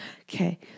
Okay